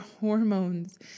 hormones